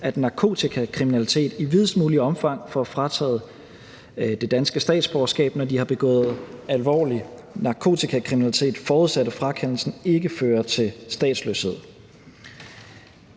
at narkotikakriminelle i videst muligt omfang får frataget det danske statsborgerskab, når de har begået alvorlig narkotikakriminalitet, forudsat at frakendelsen ikke fører til statsløshed.